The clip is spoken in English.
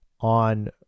On